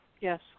yes